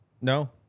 No